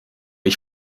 ich